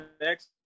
next